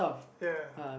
ya